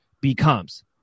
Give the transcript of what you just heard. becomes